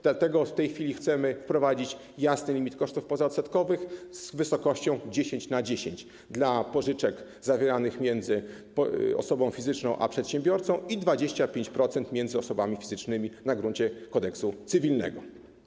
Dlatego w tej chwili chcemy wprowadzić jasny limit kosztów pozaodsetkowych z wysokością 10/10 dla pożyczek zawieranych między osobą fizyczną a przedsiębiorcą i 25% między osobami fizycznymi na gruncie Kodeksu cywilnego.